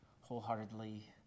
wholeheartedly